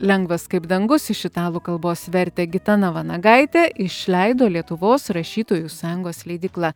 lengvas kaip dangus iš italų kalbos vertė gitana vanagaitė išleido lietuvos rašytojų sąjungos leidykla